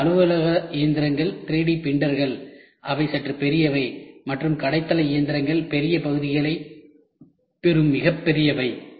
பின்னர் அலுவலக இயந்திரங்கள் 3D பிரிண்டர்கள் அவை சற்று பெரியவை மற்றும் கடை தளஇயந்திரங்கள் பெரிய பகுதிகளை பெறும் மிகப் பெரியவை